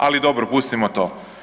Ali dobro, pustimo to.